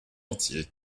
entier